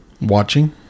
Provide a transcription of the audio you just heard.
watching